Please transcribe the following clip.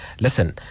listen